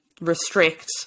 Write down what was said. restrict